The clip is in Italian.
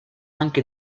anche